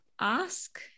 ask